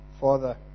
Father